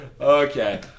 Okay